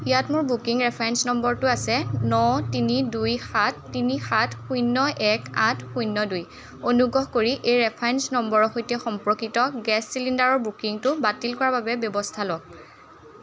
ইয়াত মোৰ booking reference নম্বৰটো আছে ন তিনি দুই সাত তিনি সাত শূন্য এক আঠ শূন্য দুই অনুগ্ৰহ কৰি এই ৰেফাৰেঞ্চ নম্বৰৰ সৈতে সম্পৰ্কিত গেছ চিলিণ্ডাৰ বুকিংটো বাতিল কৰাৰ বাবে ব্যৱস্থা লওক